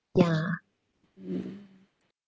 yeah mm